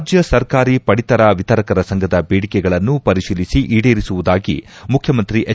ರಾಜ್ಞ ಸರ್ಕಾರಿ ಪಡಿತರ ವಿತರಕರ ಸಂಘದ ಬೇಡಿಕೆಗಳನ್ನು ಪರಿತೀಲಿಸಿ ಈಡೇರಿಸುವುದಾಗಿ ಮುಖ್ಯಮಂತ್ರಿ ಎಚ್